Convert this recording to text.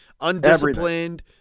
undisciplined